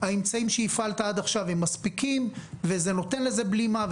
האמצעים שהפעלת עד עכשיו מספיקים וזה נותן בלימה,